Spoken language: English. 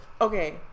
Okay